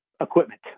Equipment